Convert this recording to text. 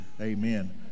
Amen